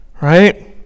right